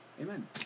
amen